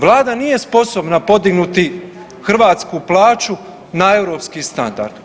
Vlada nije sposobna podignuti hrvatsku plaću na europski standard.